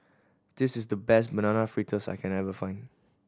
this is the best Banana Fritters I can ever find